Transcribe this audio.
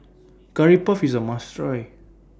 Curry Puff IS A must Try